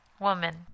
Woman